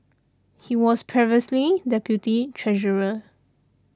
he was previously deputy treasurer